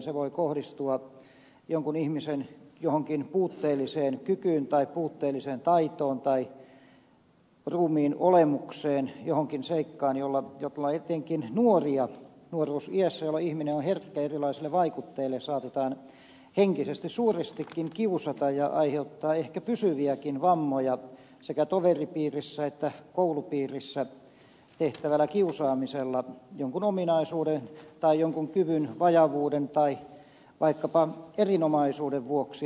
se voi kohdistua jonkun ihmisen johonkin puutteelliseen kykyyn tai puutteelliseen taitoon tai ruumiinolemukseen johonkin seikkaan jolla etenkin nuoria nuoruusiässä jolloin ihminen on herkkä erilaisille vaikutteille saatetaan henkisesti suurestikin kiusata ja aiheuttaa ehkä pysyviäkin vammoja sekä toveripiirissä että koulupiirissä tehtävällä kiusaamisella jonkun ominaisuuden tai jonkun kyvyn vajavuuden tai vaikkapa erinomaisuuden vuoksi